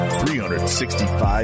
365